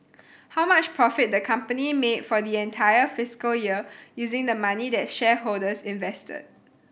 how much profit the company made for the entire fiscal year using the money that shareholders invested